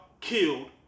killed